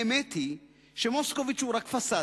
האמת היא שמוסקוביץ הוא פסאדה.